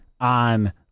on